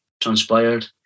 transpired